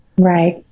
Right